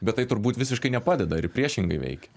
bet tai turbūt visiškai nepadeda ir priešingai veikia